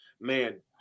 man